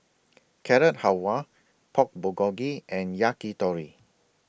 Carrot Halwa Pork Bulgogi and Yakitori